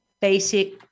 basic